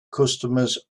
customers